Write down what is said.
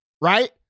right